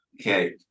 Okay